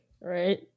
right